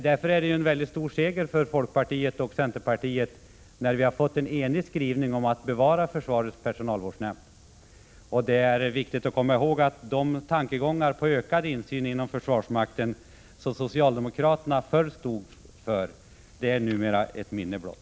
Det är därför en mycket stor seger för folkpartiet och centerpartiet, när vi har fått en enig skrivning om att bevara försvarets personalvårdsnämnd. Det är viktigt att komma ihåg att de tankegångar om ökad insyn inom försvarsmakten som socialdemokraterna tidigare stod för, numera är ett minne blott.